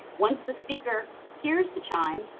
once the speaker hears the chime,